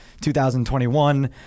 2021